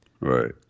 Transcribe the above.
Right